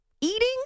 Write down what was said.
eating